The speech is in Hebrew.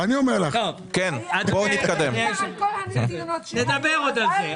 עוד נדבר על זה.